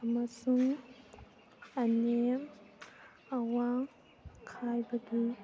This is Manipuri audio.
ꯑꯃꯁꯨꯡ ꯑꯅꯦꯝ ꯑꯋꯥꯡ ꯈꯥꯏꯕꯒꯤ